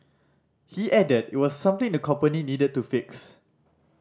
he added it was something the company needed to fix